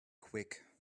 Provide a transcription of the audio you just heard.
quick